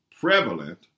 prevalent